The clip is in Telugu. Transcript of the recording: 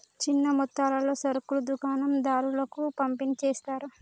చిన్న మొత్తాలలో సరుకులు దుకాణం దారులకు పంపిణి చేస్తారు